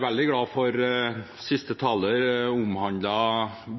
veldig glad for at siste taler omtalte